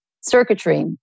circuitry